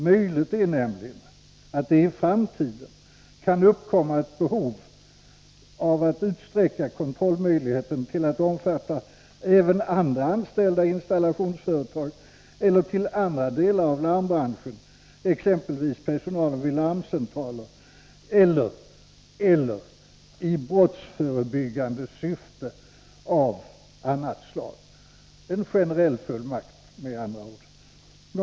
Möjligt är nämligen att det i framtiden kan uppkomma ett behov av att utsträcka kontrollmöjligheten till att omfatta även andra anställda i installationsföretag eller till andra delar av larmbranschen, exempelvis personalen vid larmcentraler, eller till brottsförebyggande arbete av annat slag.” Det är en generell fullmakt, med andra ord.